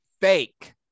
fake